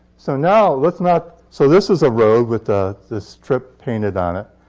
so now, let's not so this is a road with ah this strip painted on it.